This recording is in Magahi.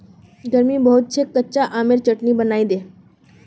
गर्मी बहुत छेक कच्चा आमेर चटनी बनइ दे